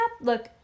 Look